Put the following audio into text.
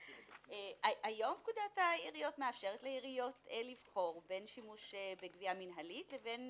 היום פקודת העיריות מאפשרת לעיריות לבחור בין שימוש בגבייה מנהלית ובין